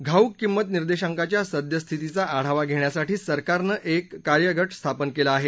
घाऊक किंमत निर्देशाकांच्या सद्यस्थितीचा आढावा घेण्यासाठी सरकारनं एक कार्यगट स्थापन केला आहे